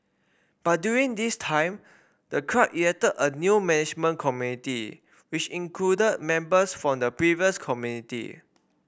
but during this time the club elected a new management community which included members from the previous community